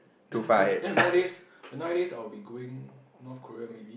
then then the nine days the nine days I'll be going North Korea maybe